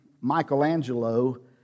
Michelangelo